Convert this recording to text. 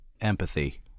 empathy